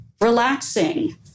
relaxing